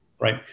Right